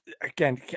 again